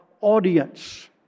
audience